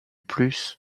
plus